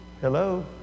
hello